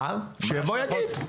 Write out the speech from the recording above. שיבוא יגיד.